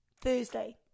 Thursday